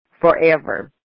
forever